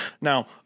Now